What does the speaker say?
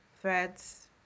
threads